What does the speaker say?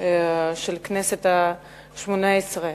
של הכנסת השמונה-עשרה.